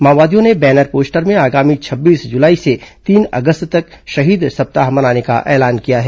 माओवादियों ने banner poster में आगामी छब्बीस जुलाई से तीन अगस्त तक शहीद सप्ताह मनाने का ऐलान किया है